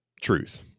truth